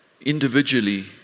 individually